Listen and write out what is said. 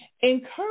Encourage